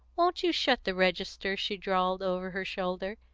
won't you shut the register? she drawled over her shoulder.